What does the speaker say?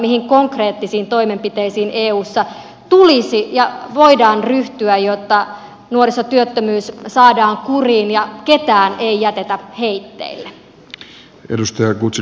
mihin konkreettisiin toimenpiteisiin eussa tulisi ja voidaan ryhtyä jotta nuorisotyöttömyys saadaan kuriin ja ketään ei jätetä heitteille